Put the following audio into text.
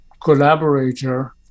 collaborator